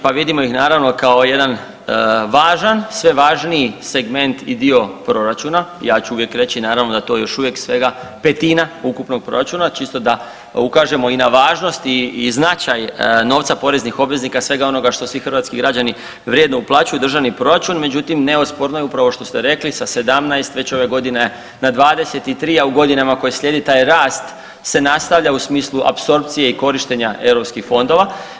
Pa vidimo ih naravno kao jedan važan, sve važniji segment i dio proračuna, ja ću uvijek reći naravno da to još uvijek svega petina ukupnog proračuna, čisto da ukažemo i na važnost i značaj novca poreznih obveznika svega onoga što svi hrvatski građani vrijedno uplaćuju u državni proračun, međutim neosporno je upravo ovo što ste rekli sa 17 već ove godine na 23, a u godinama koje slijede taj rast se nastavlja u smislu apsorpcije i korištenja europskih fondova.